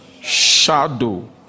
shadow